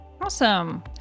awesome